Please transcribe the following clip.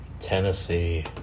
Tennessee